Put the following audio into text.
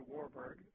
Warburg